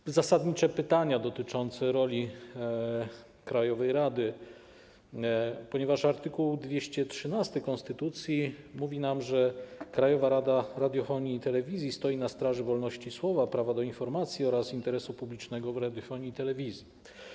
Ja mam zasadnicze pytania dotyczące roli krajowej rady, ponieważ art. 214 konstytucji mówi, że Krajowa Rada Radiofonii i Telewizji stoi na straży wolności słowa, prawa do informacji oraz interesu publicznego w radiofonii i telewizji.